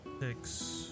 six